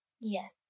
Yes